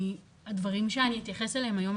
הדברים שאני אתייחס אליהם היום,